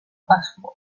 pasqua